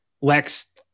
lex